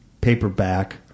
paperback